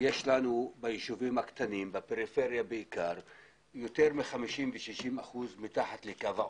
יש ביישובים הקטנים בפריפריה יותר מ-60% מתחת לקו העוני,